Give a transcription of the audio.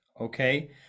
Okay